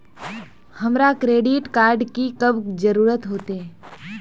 हमरा credit card की कब जरूरत होते?